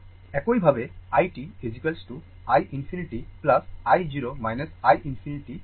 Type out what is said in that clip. একইভাবে i t i ∞ i 0 i ∞ e এর power t দ্বারা tau